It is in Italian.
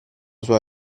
sua